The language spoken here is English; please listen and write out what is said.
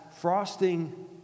frosting